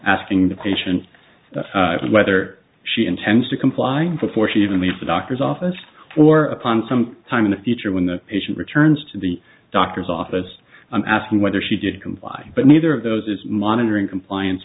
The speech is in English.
asking the patient whether she intends to comply for forty even leave the doctor's office or upon some time in the future when the patient returns to the doctor's office asking whether she did comply but neither of those is monitoring compliance